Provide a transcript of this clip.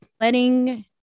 letting